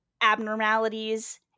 abnormalities